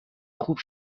خوب